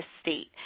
state